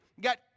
got